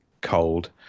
cold